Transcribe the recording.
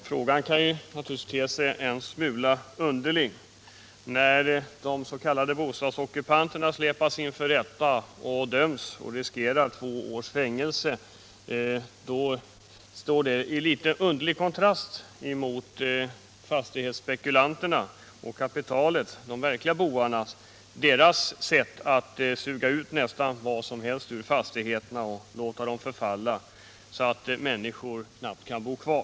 Herr talman! Frågan kan naturligtvis te sig en smula underlig. De s.k. bostadsockupanterna släpas inför rätta och riskerar två års fängelse. Detta står i litet underlig kontrast till fastighetsspekulanternas och kapitalets — de verkliga bovarnas — sätt att suga ut nästan vad som helst ur fastigheterna och låta dem förfalla, så att människor knappt kan bo kvar.